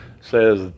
says